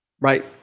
right